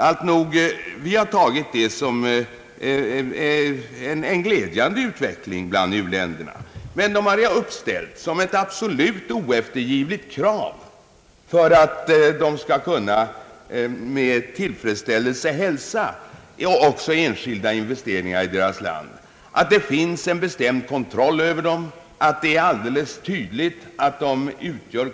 Alltnog, vi har sett detta som en glädjande utveckling bland u-länderna. Men de har uppställt som ett absolut oeftergivligt krav för att de med tillfredsställelse skall kunna hälsa också enskilda investeringar i deras respektive land att det ordnas med en bestämd kontroll över de privata investeringarna och vidare att det är alldeles uppenbart att verksamheten utgör